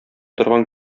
торган